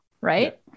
right